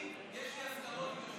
אני, יש לי הסכמות עם